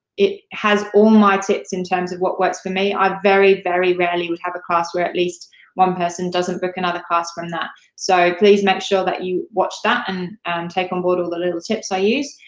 it has all my tips in terms of what works for me. i very, very rarely would have a class where at least one person doesn't book another class from that, so please make sure that you watch that and take on board all the little tips i use.